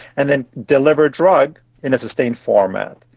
and then deliver a drug in a sustained format.